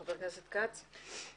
חבר הכנסת כץ בבקשה.